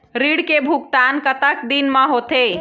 ऋण के भुगतान कतक दिन म होथे?